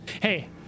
Hey